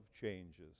changes